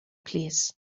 plîs